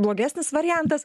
blogesnis variantas